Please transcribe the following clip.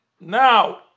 now